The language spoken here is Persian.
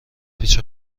پیچ